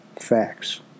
facts